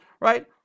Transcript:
right